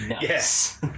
Yes